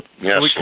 Yes